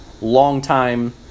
longtime